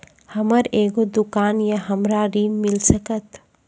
हमर एगो दुकान या हमरा ऋण मिल सकत?